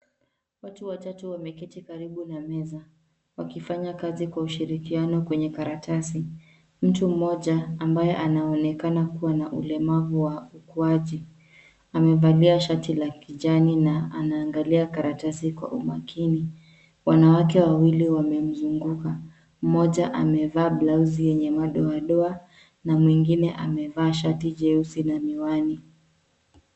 Watu watatu wameketi karibu na meza wakifanya kazi kwa ushirikiano kwenye karatasi. Mtu mmoja ambaye anaonekana kuwa na ulemavu wa ukuaji, amevalia shati la kijani na anaangalia karatasi kwa umakini. Wanawake wawili wamemzunguka. Mmoja amevaa blausi yenye madoadoa na mwingine amevaa shati jeusi na miwani.